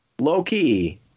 low-key